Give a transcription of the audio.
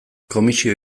komisio